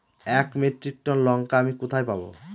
এক metric ton লঙ্কা আমি কোথায় পাবো?